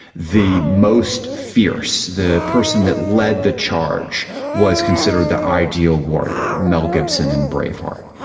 the most fierce, the person that led the charge was considered the ideal warrior mel gibson in braveheart.